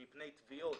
מפני תביעות,